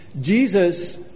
Jesus